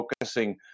focusing